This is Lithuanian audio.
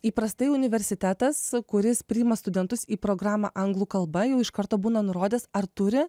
įprastai universitetas kuris priima studentus į programą anglų kalba jau iš karto būna nurodęs ar turi